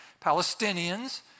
Palestinians